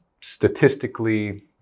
Statistically